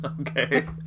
Okay